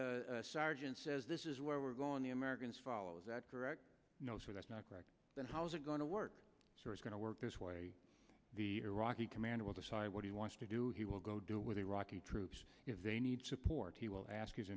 iraq sergeant says this is where we're going the americans fall is that correct that's not correct then how is it going to work so it's going to work this way the iraqi commander will decide what he wants to do he will go do with iraqi troops if they need support he will ask his